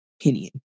opinion